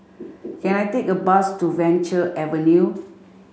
can I take a bus to Venture Avenue